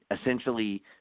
essentially